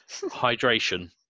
Hydration